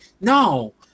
No